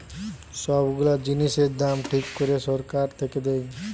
সব গুলা জিনিসের দাম ঠিক করে সরকার থেকে দেয়